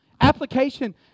application